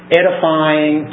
edifying